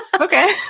Okay